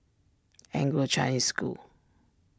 Anglo Chinese School